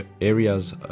areas